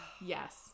yes